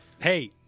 Hey